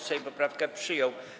Sejm poprawkę przyjął.